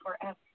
forever